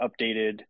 updated